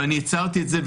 ואני הצהרתי את זה,